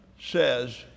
says